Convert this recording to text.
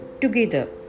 together